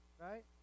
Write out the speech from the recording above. right